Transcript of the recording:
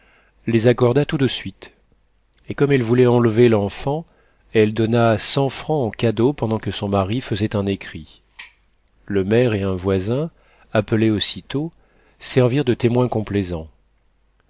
les accorda tout de suite et comme elle voulait enlever l'enfant elle donna cent francs en cadeau pendant que son mari faisait un écrit le maire et un voisin appelés aussitôt servirent de témoins complaisants